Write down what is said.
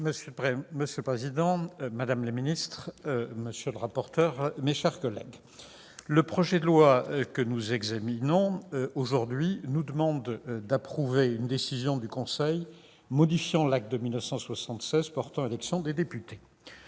Monsieur le président, madame la ministre, monsieur le rapporteur, mes chers collègues, le projet de loi que nous examinons aujourd'hui approuve une décision du Conseil européen modifiant l'acte de 1976 portant élection des députés.